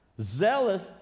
Zealous